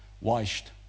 washed